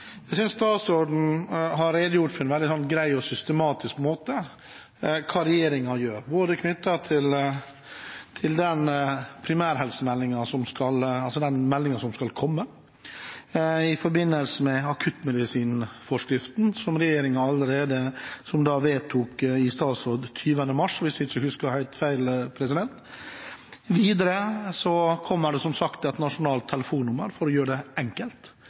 Jeg synes statsråden på en veldig grei og systematisk måte har redegjort for hva regjeringen gjør, både med den primærhelsemeldingen som skal komme, og akuttmedisinforskriften som regjeringen allerede vedtok i statsråd 20. mars, hvis jeg ikke husker helt feil. Videre kommer det, som sagt her, et nasjonalt telefonnummer for å gjøre det enkelt,